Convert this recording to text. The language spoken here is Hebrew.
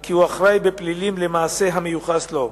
כי הוא אחראי בפלילים למעשה המיוחס לו.